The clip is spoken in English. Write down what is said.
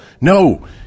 no